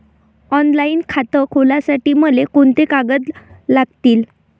Online खातं खोलासाठी मले कोंते कागद लागतील?